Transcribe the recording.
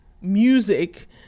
music